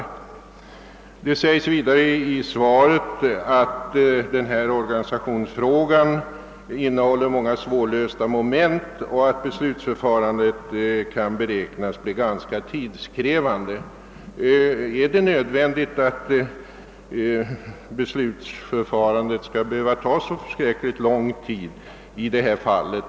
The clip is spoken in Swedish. Vidare läser jag i svaret att denna organisationsfråga innehåller många svårlösta moment och att beslutsförfarandet kan beräknas bli ganska tidskrävande. Är det nödvändigt att beslutsförfarandet skall ta så förskräckligt lång tid i detta fall?